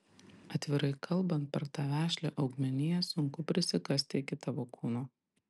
atvirai kalbant per tą vešlią augmeniją sunku prisikasti iki tavo kūno